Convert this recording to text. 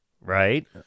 right